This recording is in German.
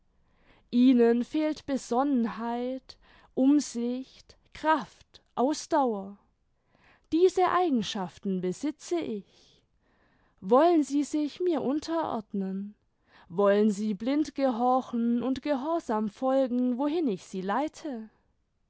ihnen fehlt besonnenheit umsicht kraft ausdauer diese eigenschaften besitze ich wollen sie sich mir unterordnen wollen sie blind gehorchen und gehorsam folgen wohin ich sie leite